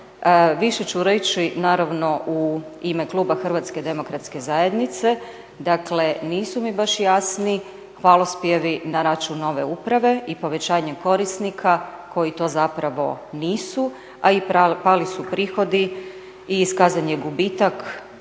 Više ću reći naravno u ime kluba Hrvatske demokratske zajednice. Dakle, nisu mi baš jasni hvalospjevi na račun nove uprave i povećanjem korisnika koji to zapravo nisu, a i pali su prihodi i iskazan je gubitak